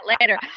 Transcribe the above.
later